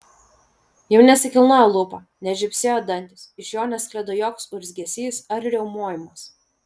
jau nesikilnojo lūpa nežybsėjo dantys iš jo nesklido joks urzgesys ar riaumojimas